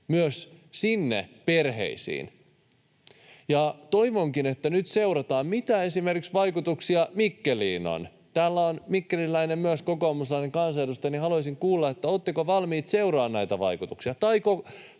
myös sinne perheisiin. Toivonkin, että nyt seurataan, mitä vaikutuksia esimerkiksi Mikkeliin on. Täällä on myös mikkeliläinen kokoomuslainen kansanedustaja, ja haluaisin kuulla, oletteko valmiit seuraamaan näitä vaikutuksia